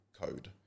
code